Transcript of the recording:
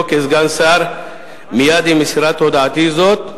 כסגן שר מייד עם מסירת הודעתי זאת,